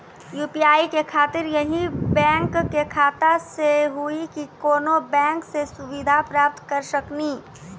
UPI के खातिर यही बैंक के खाता से हुई की कोनो बैंक से सुविधा प्राप्त करऽ सकनी?